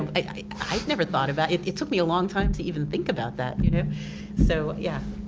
um i've never thought about it. it took me a long time to even think about that. you know so yeah.